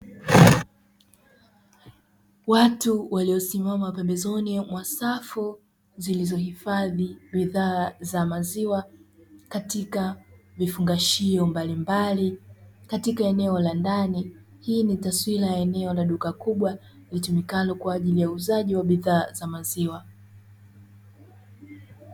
Watu waliosimama pembezoni mwa safu zilizohifadhi bidhaa za maziwa katika vifungashio mbalimbali katika eneo la ndani, hii ni taswira ya eneo la duka kubwa litumikalo kwa ajili ya uuzaji wa bidhaa za maziwa.